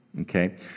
Okay